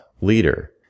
leader